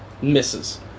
Misses